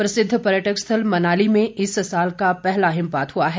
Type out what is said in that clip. विख्यात पर्यटक स्थल मनाली में इस साल का पहला हिमपात हुआ है